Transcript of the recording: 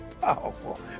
Powerful